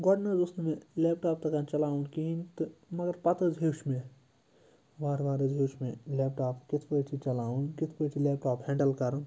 گۄڈٕ نہٕ حظ اوس نہٕ مےٚ لیپٹاپ تَگان چَلاوُن کِہیٖنۍ تہٕ مگر پَتہٕ حظ ہیوٚچھ مےٚ وارٕ وارٕ حظ ہیوٚچھ مےٚ لیپٹاپ کِتھ پٲٹھۍ چھِ چَلاوُن کِتھ پٲٹھۍ چھِ لیپٹاپ ہٮ۪نٛڈٕل کَرُن